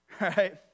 right